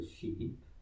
sheep